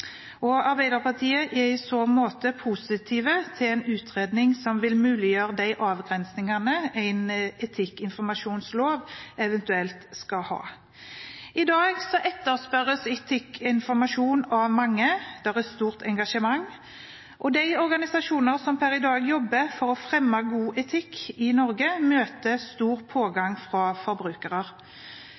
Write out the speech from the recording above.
gå. Arbeiderpartiet er i så måte positive til en utredning som vil muliggjøre de avgrensningene en etikkinformasjonslov eventuelt skal ha. I dag etterspørres etikkinformasjon av mange. Det er et stort engasjement, og de organisasjonene som per i dag jobber for å fremme god etikk i Norge, møter stor pågang fra forbrukere.